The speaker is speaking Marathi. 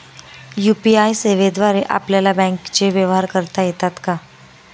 यू.पी.आय सेवेद्वारे आपल्याला बँकचे व्यवहार करता येतात का?